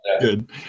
Good